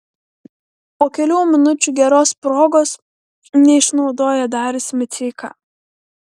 po kelių minučių geros progos neišnaudojo darius miceika